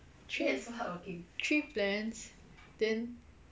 three three plans then